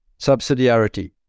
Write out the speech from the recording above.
subsidiarity